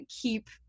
keep